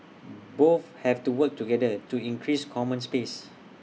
both have to work together to increase common space